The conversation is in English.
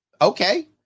Okay